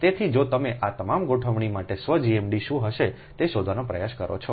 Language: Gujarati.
તેથી જો તમે આ તમામ ગોઠવણી માટે સ્વ GMD શું હશે તે શોધવાનો પ્રયાસ કરો છો